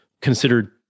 considered